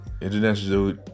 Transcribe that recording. International